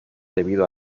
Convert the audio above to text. debido